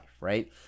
right